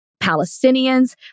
Palestinians